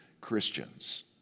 Christians